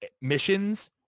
missions